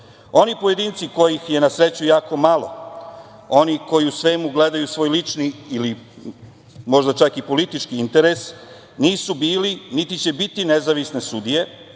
pojedinci kojih je, na sreću, jako malo, oni koji u svemu gledaju svoj lični ili možda čak i politički interes, nisu bili, niti će biti, nezavisne sudije,